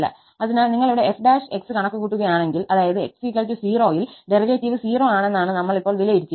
അതിനാൽ നിങ്ങൾ ഇവിടെ f ′ കണക്കുകൂട്ടുകയാണെങ്കിൽ അതായത് x 0 ൽ ഡെറിവേറ്റീവ് 0 ആണെന്നാണ് നമ്മൾ ഇപ്പോൾ വിലയിരുത്തിയത്